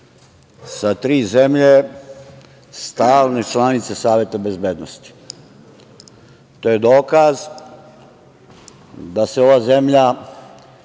sa tri zemlje stalne članice Saveta bezbednosti. To je dokaz da se ova zemlja